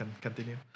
Continue